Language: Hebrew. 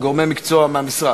עם גורמי מקצוע מהמשרד.